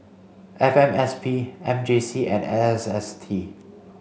F M S P M J C and S S T